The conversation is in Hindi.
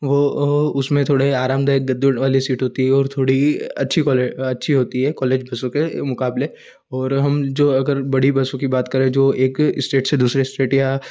वह ओ उसमें थोड़े आरामदायक गद्दे वाली सीट होती है और थोड़ी अच्छी क्वाली अच्छी होती है कॉलेज बसों के मुकाबले और हम जो अगर बड़ी बसों की बात करें जो एक स्टेट से दूसरे स्टेट या